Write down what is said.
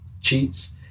cheats